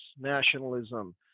nationalism